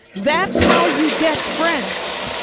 that's how you get friends.